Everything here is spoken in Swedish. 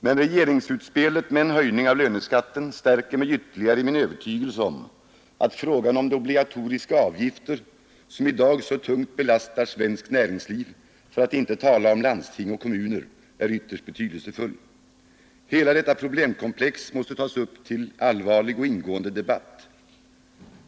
Men regeringsutspelet med en höjning av löneskatten stärker mig ytterligare i min övertygelse om att frågan om de obligatoriska avgifter som i dag så tungt belastar svenskt näringsliv — för att inte tala om landsting och kommuner — är ytterst betydelsefull. Hela detta problemkomplex måste tas upp till allvarlig och ingående debatt.